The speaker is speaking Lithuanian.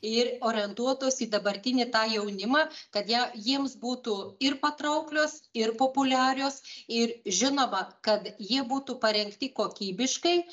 ir orientuotos į dabartinį tą jaunimą kad ją jiems būtų ir patrauklios ir populiarios ir žinoma kad jie būtų parengti kokybiškai